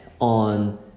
on